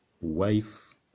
wife